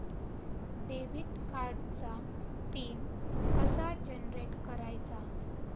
Debit कार्डचा PIN कसा generate करायचा?